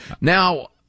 Now